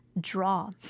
draw